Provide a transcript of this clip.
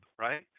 right